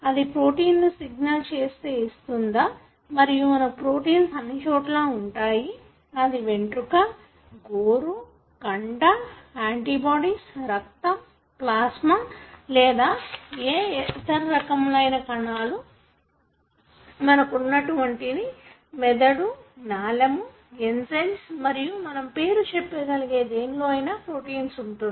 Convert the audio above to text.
అది ప్రోటీన్ ను చేసే సిగ్నల్ ను ఇస్తుంది మరియు మనకు ప్రోటీన్స్ అన్ని చోట్లా ఉంటాయి అది వెంట్రుక గోరు కండ యాంటీబాడీస్ రక్తం ప్లాస్మా లేదా ఏ ఇతర రకములయిన కణాలు మానాలు ఉన్నటువంటిది మెదడు నాళము ఎంజయ్మ్స్ మరియు మన పేరు చెప్పగలిగే దేనిలోఅయినే ప్రోటీన్స్ ఉంటుంది